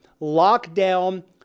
lockdown